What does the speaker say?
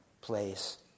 place